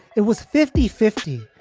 it was fifty fifty,